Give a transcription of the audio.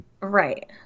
right